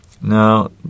Now